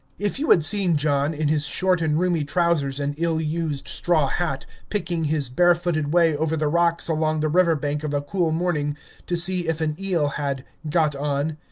if you had seen john, in his short and roomy trousers and ill-used straw hat, picking his barefooted way over the rocks along the river-bank of a cool morning to see if an eel had got on,